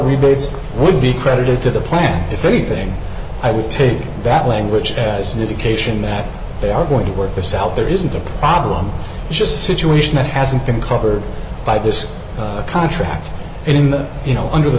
rebates would be credited to the plant if anything i would take that language as an indication that they are going to work this out there isn't a problem just situation that hasn't been covered by this contract and in the you know under the